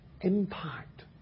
impact